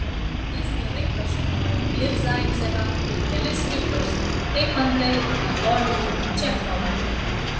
jis gerai pažinojo ir zaicevą ir kelis kitus kaip antai anatolijų čechovą